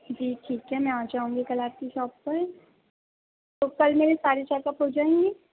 جی ٹھیک ہے میں آ جاؤں گی کل آپ کی شاپ پر تو کل میرے سارے چیکپ ہو جائیں گے